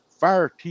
Fire